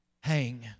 hang